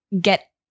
get